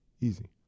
Easy